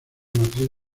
matriz